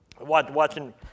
watching